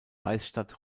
reichsstadt